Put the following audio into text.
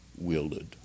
wielded